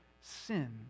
sin